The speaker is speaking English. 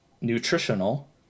Nutritional